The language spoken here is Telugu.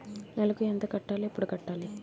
నెలకు ఎంత కట్టాలి? ఎప్పుడు కట్టాలి?